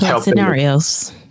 scenarios